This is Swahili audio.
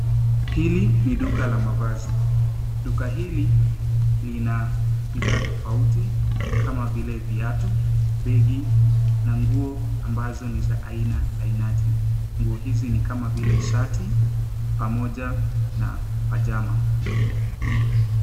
Hili ni duka la mavazi. Duka hili, lina bidhaa tofauti kama vile viatu, begi na nguo ambazo ni za aina ainati. Nguo hizi ni kama vile shati, pamoja na pyjama .